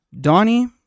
Donnie